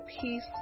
peace